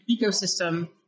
ecosystem